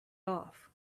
off